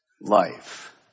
life